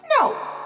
No